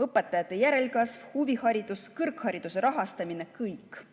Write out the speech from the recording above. Õpetajate järelkasv, huviharidus, kõrghariduse rahastamine – kõik.